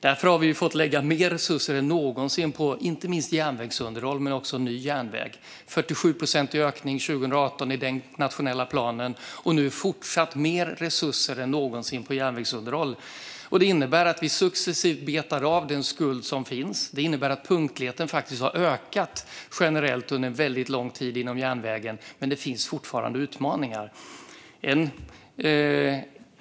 Därför har vi fått lägga mer resurser än någonsin på inte minst järnvägsunderhåll men också ny järnväg - en 47-procentig ökning i den nationella planen 2018 och nu fortsatt mer resurser än någonsin på järnvägsunderhåll. Det innebär att vi successivt betar av den skuld som finns. Det innebär att punktligheten inom järnvägen generellt har ökat under väldigt lång tid. Men det finns fortfarande utmaningar.